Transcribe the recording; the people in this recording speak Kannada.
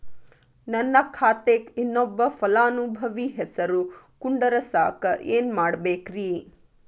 ನನ್ನ ಖಾತೆಕ್ ಇನ್ನೊಬ್ಬ ಫಲಾನುಭವಿ ಹೆಸರು ಕುಂಡರಸಾಕ ಏನ್ ಮಾಡ್ಬೇಕ್ರಿ?